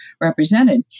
represented